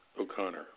O'Connor